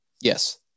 Yes